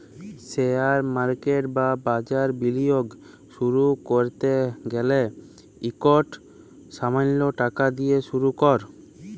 share market বা বাজারে বিলিয়গ শুরু ক্যরতে গ্যালে ইকট সামাল্য টাকা দিঁয়ে শুরু কর